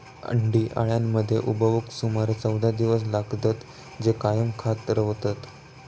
अंडी अळ्यांमध्ये उबवूक सुमारे चौदा दिवस लागतत, जे कायम खात रवतत